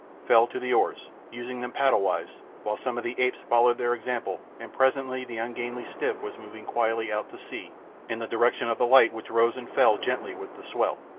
fell to the oars, using them paddle-wise, while some of the apes followed their example, and presently the ungainly skiff was moving quietly out to sea in the direction of the light which rose and fell gently with the swell.